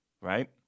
Right